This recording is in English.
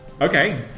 Okay